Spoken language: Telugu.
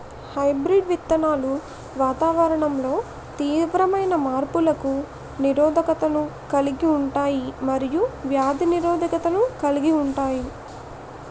హైబ్రిడ్ విత్తనాలు వాతావరణంలో తీవ్రమైన మార్పులకు నిరోధకతను కలిగి ఉంటాయి మరియు వ్యాధి నిరోధకతను కలిగి ఉంటాయి